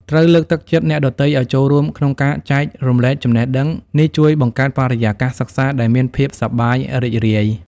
ត្រូវលើកទឹកចិត្តអ្នកដទៃឲ្យចូលរួមក្នុងការចែករំលែកចំណេះដឹង។ នេះជួយបង្កើតបរិយាកាសសិក្សាដែលមានភាពសប្បាយរីករាយ។